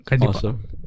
awesome